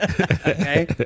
Okay